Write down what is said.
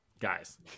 Guys